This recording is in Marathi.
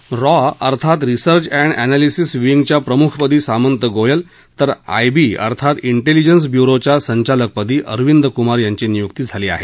रॉ अर्थात रिसर्च अँड अप्रालिसिस विंगच्या प्रमुखपदी सामंत गोयल तर आय बी अर्थात इंटोलिजन्स ब्य्रोच्या संचालकपदी अरविंद क्मार यांची निय्क्ती झाली आहे